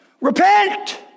Repent